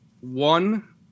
one